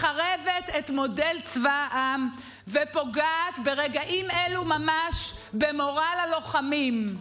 מחרבת את מודל צבא העם ופוגעת ברגעים אלה ממש במורל הלוחמים.